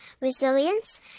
resilience